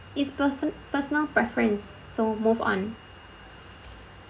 it's person personal preference so move on